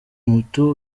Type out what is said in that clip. muto